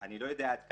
אני לא יודע עד כמה,